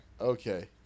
Okay